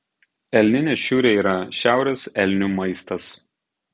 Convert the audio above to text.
elninė šiurė yra šiaurės elnių maistas